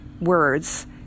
words